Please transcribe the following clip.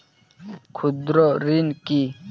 ক্ষুদ্র ঋণ কি?